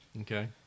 Okay